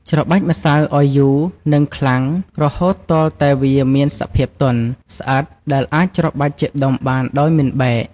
ច្របាច់ម្សៅឱ្យយូរនិងខ្លាំងរហូតទាល់តែវាមានសភាពទន់ ស្អិតដែលអាចច្របាច់ជាដុំបានដោយមិនបែក។